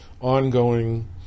ongoing